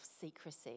secrecy